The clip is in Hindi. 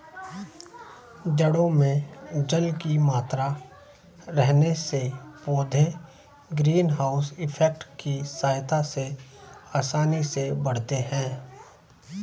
जड़ों में जल की मात्रा रहने से पौधे ग्रीन हाउस इफेक्ट की सहायता से आसानी से बढ़ते हैं